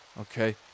okay